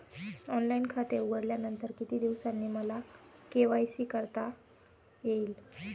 Online खाते उघडल्यानंतर किती दिवसांनी मला के.वाय.सी करता येईल?